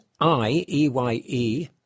I-E-Y-E